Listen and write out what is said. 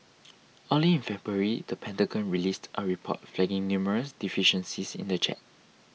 early in February the Pentagon released a report flagging numerous deficiencies in the jet